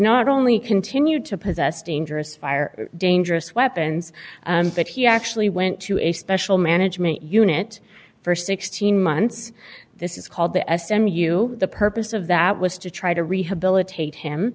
not only continued to possess dangerous fire dangerous weapons but he actually went to a special management unit for sixteen months this is called the s m u the purpose of that was to try to rehabilitate him